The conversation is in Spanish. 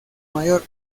mayor